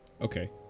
okay